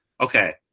Okay